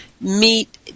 Meet